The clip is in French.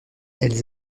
elles